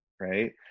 Right